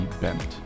Bent